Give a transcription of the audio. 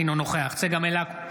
אינו נוכח צגה מלקו,